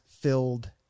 filled